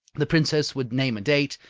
the princess would name a date,